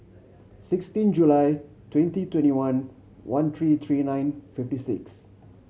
sixteen July twenty twenty one one three three nine fifty six